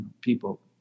people